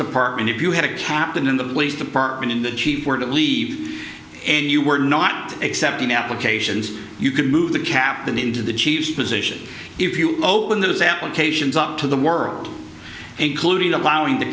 department if you had a captain in the police department in the chief or to leave and you were not accepting applications you could move the captain into the chief's position if you open those applications up to the world and colluding allowing the